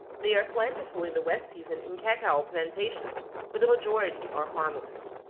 they are plentiful in the wet season in cacao plantations but the majority are harmless.